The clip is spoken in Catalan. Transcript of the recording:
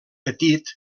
petit